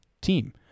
team